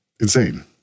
Insane